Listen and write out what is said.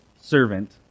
servant